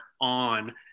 on